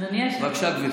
אדוני היושב-ראש,